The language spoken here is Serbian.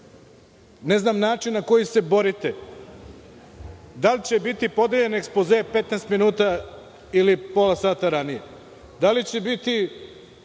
ne znam način na koji se borite – da li će biti podeljen ekspoze 15 minuta ili pola sata ranije, da li će biti